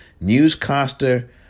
newscaster